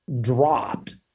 dropped